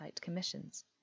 commissions